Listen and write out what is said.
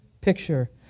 picture